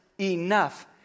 enough